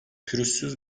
pürüzsüz